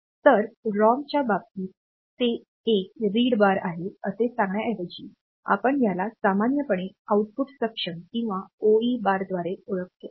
तर रॉमच्या बाबतीत ते एक रीड बार आहे असे सांगण्याऐवजी आपण याला सामान्यपणे आउटपुट सक्षम किंवा OE बारद्वारे ओळखले आहे